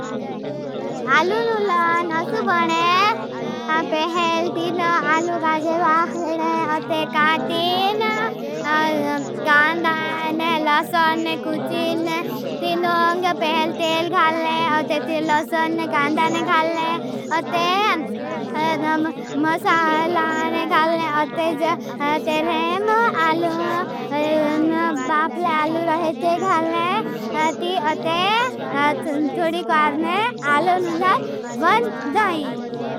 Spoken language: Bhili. अलू लूलन असू बने पहल तीन अलू गाजे बाख ले। अते काटीन कांदान लसन कुछीन तीन अंग पहल तेल घाल ले। अते ती लसन कांदान घाल ले। अते मसालान घाल ले अते रेम अलू बापला अलू रहेचे। घाल ले ती अते थोड़ी क्वार में अलू लूलन बन दाए।